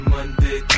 Monday